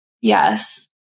Yes